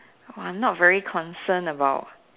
!wah! I not very concerned about